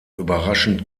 überraschend